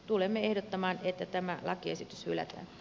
tulemme ehdottamaan että tämä lakiesitys hylätään